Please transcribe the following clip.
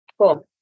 Cool